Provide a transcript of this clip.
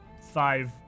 five